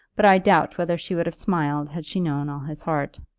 but i doubt whether she would have smiled had she known all his heart.